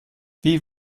wie